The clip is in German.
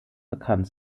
bekannt